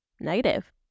negative